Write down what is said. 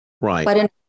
Right